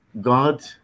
God